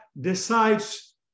decides